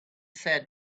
said